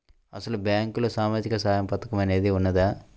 అసలు బ్యాంక్లో సామాజిక సహాయం పథకం అనేది వున్నదా?